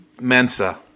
MENSA